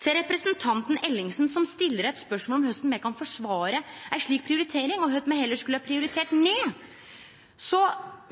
Til representanten Ellingsen, som stiller spørsmål om korleis me kan forsvare ei slik prioritering, og kva me heller skulle ha prioritert ned,